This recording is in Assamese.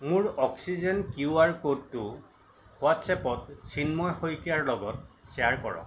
মোৰ অক্সিজেন কিউ আৰ ক'ডটো হোৱাট্ছএপত চিন্ময় শইকীয়াৰ লগত শ্বেয়াৰ কৰক